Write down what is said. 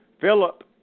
Philip